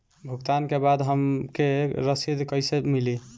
भुगतान के बाद हमके रसीद कईसे मिली?